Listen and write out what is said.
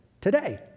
today